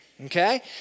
okay